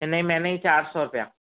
हिन ई महीने जी चारि सौ रुपिया